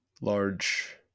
large